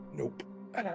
Nope